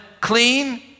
clean